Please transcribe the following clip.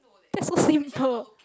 that's so simple